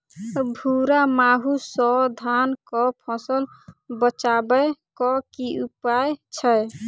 भूरा माहू सँ धान कऽ फसल बचाबै कऽ की उपाय छै?